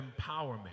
empowerment